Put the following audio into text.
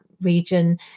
region